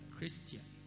Christian